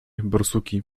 borsuki